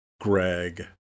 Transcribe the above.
Greg